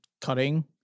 cutting